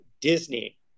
Disney